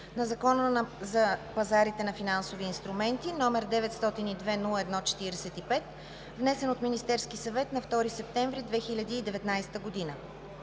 на Закона за пазарите на финансови инструменти, № 902-01-45, внесен от Министерския съвет на 2 септември 2019 г.